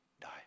die